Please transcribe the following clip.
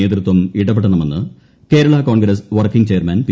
നേതൃത്വം ഇടപെടണമെന്ന് Kerala Congress working chairman P